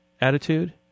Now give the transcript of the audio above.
attitude